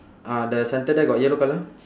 uh the center there got yellow colour